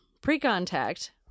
pre-contact